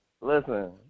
Listen